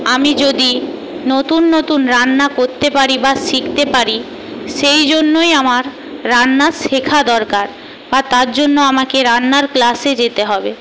আমি যদি নতুন নতুন রান্না করতে পারি বা শিখতে পারি সেই জন্যই আমার রান্না শেখা দরকার বা তারজন্য আমাকে রান্নার ক্লাসে যেতে হবে